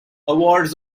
awards